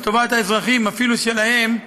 טובת האזרחים, אפילו שלהם,